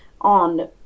on